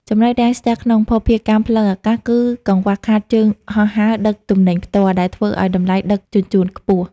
ចំណុចរាំងស្ទះក្នុងភស្តុភារកម្មផ្លូវអាកាស គឺកង្វះខាតជើងហោះហើរដឹកទំនិញផ្ទាល់ ដែលធ្វើឱ្យតម្លៃដឹកជញ្ជូនខ្ពស់។